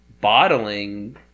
bottling